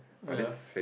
ya